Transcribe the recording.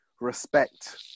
respect